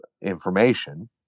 information